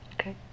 Okay